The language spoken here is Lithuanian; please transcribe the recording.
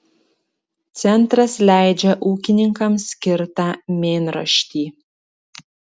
centras leidžia ūkininkams skirtą mėnraštį